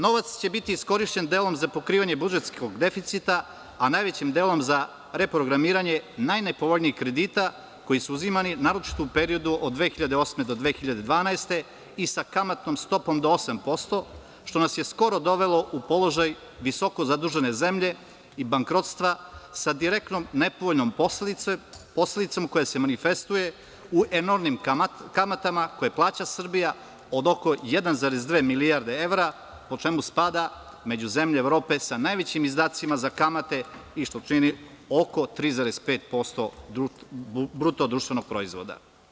Novac će biti iskorišćen delom za pokrivanje budžetskog deficita, a najvećim delom za reprogramiranje najnepovoljnijih kredita koji su uzimani naročito u periodu od 2008. do 2012. godine i sa kamatnom stopom do 8% što nas je skoro dovelo u položaj visoko zadužene zemlje i bankrotstva sa direktnom nepovoljnim posledicama koje se manifestuju u enormnim kamatama koje plaća Srbija od oko 1,2 milijarde evra po čemu spada među zemlje Evrope sa najvećim izdacima za kamate i što čini oko 3,5% BDP.